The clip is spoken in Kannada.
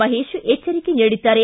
ಮಹೇಶ್ ಎಚ್ಚರಿಕೆ ನೀಡಿದ್ದಾರೆ